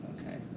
Okay